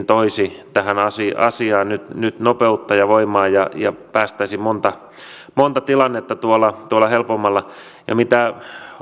toisi tähän asiaan nyt nyt nopeutta ja voimaa ja ja päästäisi monta monta tilannetta tuolla tuolla helpommalla ja mitä